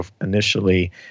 initially